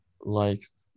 likes